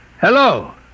Hello